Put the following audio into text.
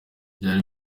byari